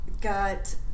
got